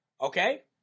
Okay